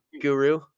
Guru